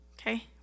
Okay